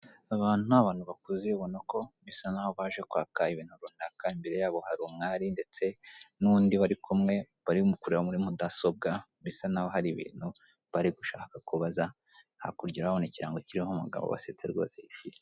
Abantu ni abantu bakuze babona ko bisa n'aho baje kwaka ibintu runaka imbere yabo hari umwari ndetse n'undi bari kumwe bari kureba muri mudasobwa, bisa naho hari ibintu bari gushaka kubaza, hakurya urahabona ikirango kiriho umugabo wasetse rwose wishimye.